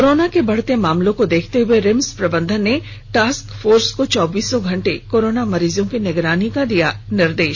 corona के बढ़ते मामलों को देखते हुए रिम्स प्रबंधन ने टास्क फोर्स को चौबीसों घंटे कोरोना मरीजों की निगरानी का दिया निर्देश